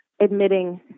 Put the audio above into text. admitting